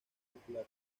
popular